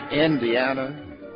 Indiana